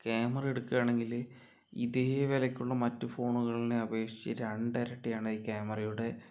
camera എടുക്കുകയാണെങ്കിൽ ഇതേ വിലക്കുള്ള മറ്റ് ഫോണുകളിനെ അപേക്ഷിച്ച് രണ്ട് ഇരട്ടിയാണ് ഈ ക്യാമറയുടെ